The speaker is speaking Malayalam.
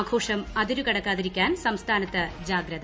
ആഘോഷം അതിരുകടക്കാതിരിക്കാൻ സംസ്ഥാനത്ത് ജാഗ്രത